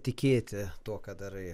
tikėti tuo ką darai